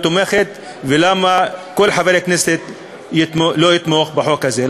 לא תומכת ולמה כל חבר כנסת לא יתמוך בחוק הזה.